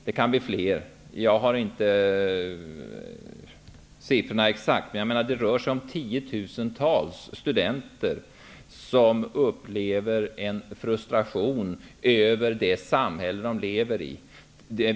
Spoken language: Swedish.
Det kan också bli fler -- jag har inte de exakta siffrorna klart för mig, men det rör sig om tiotusentals studenter som upplever en frustration över det samhälle de lever i.